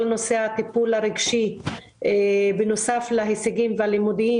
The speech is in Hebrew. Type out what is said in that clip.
נושא הטיפול הרגשי בנוסף להישגים בלימודים.